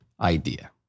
idea